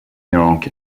york